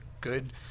good